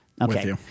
Okay